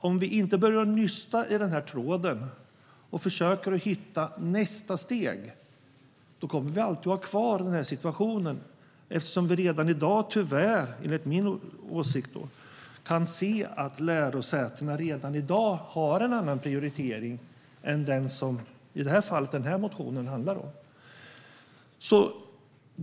Om vi inte börjar nysta i den här tråden och försöker hitta nästa steg kommer vi alltid att vara kvar i den här situationen eftersom vi redan i dag kan se - tyvärr, enligt min åsikt - att lärosätena har en annan prioritering än den som motionen i det här fallet handlar om.